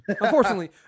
Unfortunately